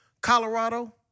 Colorado